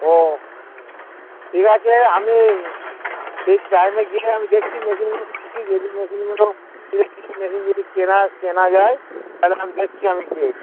ও ঠিক আছে আমি ঠিক টাইমে গিয়ে আমি দেখছি মেশিনগুলো দেখছি যদি মেশিনগুলো কিছু মেশিন যদি কেনা কেনা যায় তাহলে আমি দেখছি আমি গিয়ে